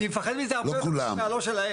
אני מפחד מזה הרבה יותר מהלא שלהם.